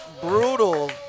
brutal –